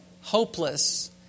hopeless